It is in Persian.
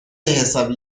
حسابی